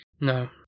No